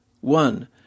One